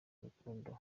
urukundo